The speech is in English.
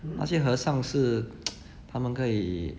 那些和尚是 他们可以